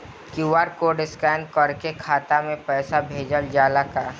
QR code scan करके खाता में पैसा भेजल जाला का?